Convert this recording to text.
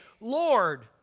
Lord